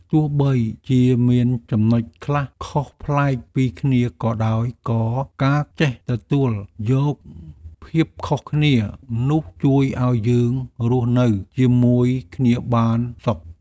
ទោះបីជាមានចំណុចខ្លះខុសប្លែកពីគ្នាក៏ដោយក៏ការចេះទទួលយកភាពខុសគ្នានោះជួយឱ្យយើងរស់នៅជាមួយគ្នាបានសុខ។